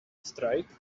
strike